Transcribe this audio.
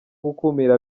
gukumira